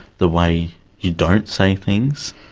the way you don't say things.